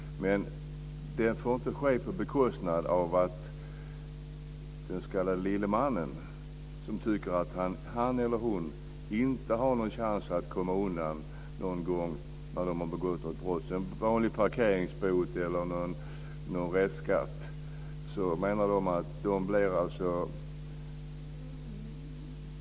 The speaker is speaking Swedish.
Detta får dock inte ske på bekostnad av den s.k. lille mannen, som upplever sig inte ha en chans att komma undan när en mindre försummelse har begåtts. Det kan gälla en parkeringsbot eller en kvarskatt som ska drivas in.